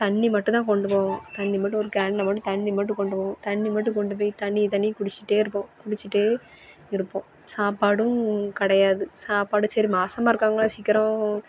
தண்ணி மட்டும் தான் கொண்டு போவோம் தண்ணி மட்டும் ஒரு கேனில் மட்டும் தண்ணி மட்டும் கொண்டு போவோம் தண்ணி மட்டும் கொண்டு போய் தண்ணியை தண்ணியை குடிச்சிட்டேயிருப்போம் குடிச்சிகிட்டே இருப்போம் சாப்பாடும் கிடையாது சாப்பாடு சரி மாசமாக இருக்குறவங்களே சீக்கிரம்